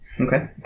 Okay